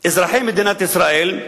אזרחי מדינת ישראל,